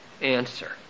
answer